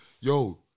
Yo